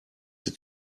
sie